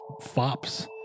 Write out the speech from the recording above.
fops